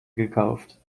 gekauft